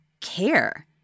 care